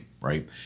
right